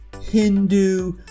Hindu